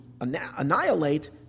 annihilate